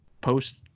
post